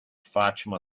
fatima